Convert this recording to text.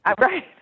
Right